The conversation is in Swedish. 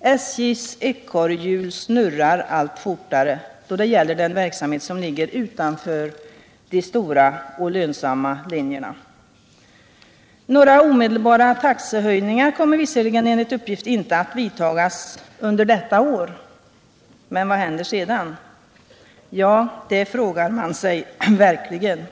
SJ:s ekorrhjul snurrar allt fortare då det gäller den verksamhet som ligger utanför de stora och lönsamma linjerna. Några omedelbara taxehöjningar kommer visserligen enligt uppgift inte att vidtas under detta år, men vad händer sedan? Ja, det frågar man sig verkligen.